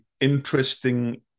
interesting